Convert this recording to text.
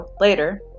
later